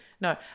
No